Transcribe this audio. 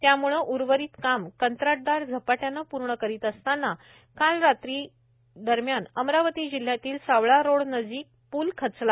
त्यामुळे उर्वरित काम कंत्राटदार झपाट्याने पूर्ण करीत असताना काल रात्री दरम्यान अमरावती जिल्ह्यातील सावळा रोड नजीक पूल खचला